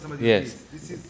Yes